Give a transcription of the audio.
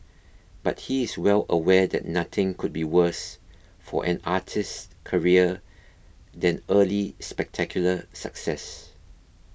but he is well aware that nothing could be worse for an artist's career than early spectacular success